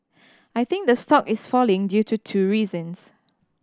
I think the stock is falling due to two reasons